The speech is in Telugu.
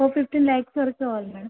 ఒక ఫిఫ్టీన్ ల్యాక్స్ వరకు కావాలి మేడమ్